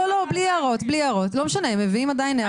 לא משנה, הם מביאים עדיין הערות.